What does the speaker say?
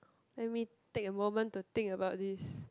let me take a moment to think about this